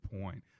point